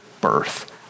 birth